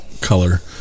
color